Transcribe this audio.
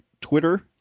Twitter